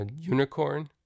Unicorn